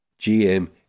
GM